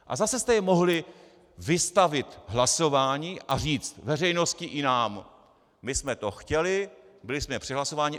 A zase jste jej mohli vystavit hlasování a říct veřejnosti i nám: My jsme to chtěli, byli jsme přehlasováni.